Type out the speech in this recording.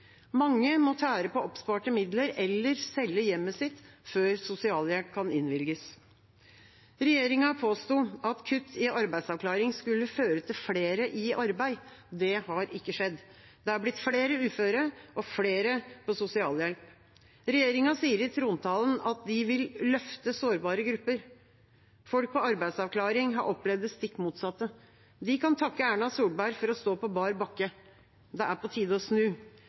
Mange må tære på oppsparte midler eller selge hjemmet sitt før sosialhjelp kan innvilges. Regjeringa påsto at kutt i arbeidsavklaring skulle føre til flere i arbeid. Det har ikke skjedd. Det har blitt flere uføre og flere på sosialhjelp. Regjeringa sier i trontalen at de vil løfte sårbare grupper. Folk på arbeidsavklaring har opplevd det stikk motsatte. De kan takke Erna Solberg for å stå på bar bakke. Det er på tide å snu.